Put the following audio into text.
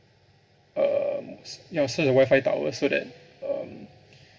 uh s~ ya so the wifi towers so that um